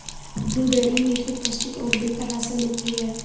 blueberry मीठे, पौष्टिक और बेतहाशा लोकप्रिय हैं